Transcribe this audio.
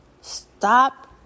stop